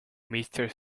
meter